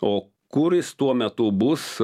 o kur jis tuo metu bus